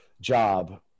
job